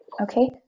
Okay